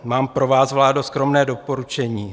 Mám pro vás, vládo, skromné doporučení.